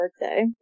birthday